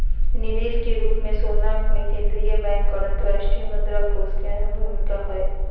निवेश के रूप मे सोना मे केंद्रीय बैंक आर अंतर्राष्ट्रीय मुद्रा कोष के अहम भूमिका हय